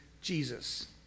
Jesus